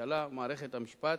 הממשלה ומערכת המשפט,